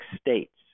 states